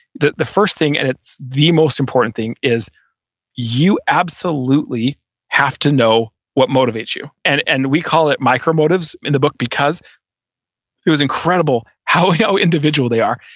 the the first thing, and it's the most important thing is you absolutely have to know what motivates you and and we call it micro motives in the book because it was incredible how how individual they are.